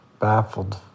baffled